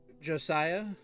Josiah